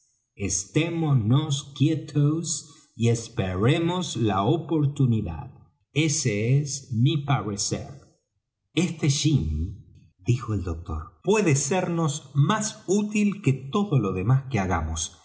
hombres estémonos quietos y esperemos la oportunidad ese es mi parecer este jim dijo el doctor puede sernos más útil que todo lo demás que hagamos